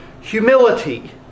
humility